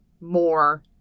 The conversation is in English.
more